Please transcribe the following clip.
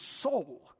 soul